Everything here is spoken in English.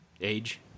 age